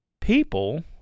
people